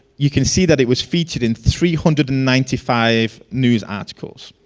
you can see that it was featured in three hundred and ninety five news articles.